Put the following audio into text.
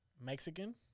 Mexican